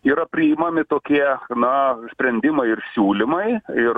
yra priimami tokie na sprendimai ir siūlymai ir